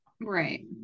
Right